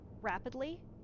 rapidly